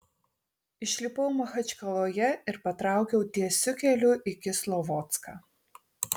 išlipau machačkaloje ir patraukiau tiesiu keliu į kislovodską